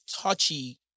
touchy